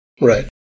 right